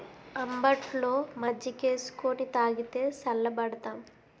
అంబట్లో మజ్జికేసుకొని తాగితే సల్లబడతాం